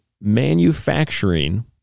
manufacturing